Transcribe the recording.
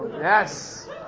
Yes